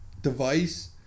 device